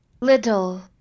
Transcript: Little